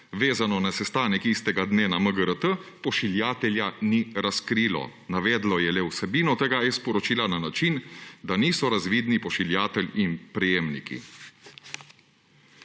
vezano na sestanek istega dne na MGRT, pošiljatelja ni razkrilo, navedlo je le vsebino tega e-sporočila na način, da niso razvidni pošiljatelj in prejemniki.«